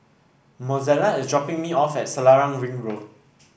Mozella is dropping me off at Selarang Ring Road